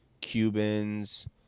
Cubans